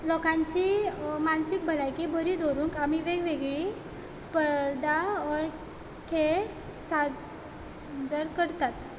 लोकांची मानसीक भलायकी बरी दवरूंक आमी वेग वेगळी स्पर्धा ओर खेळ साजर करतात